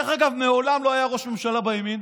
מעולם לא היה ראש ממשלה בימין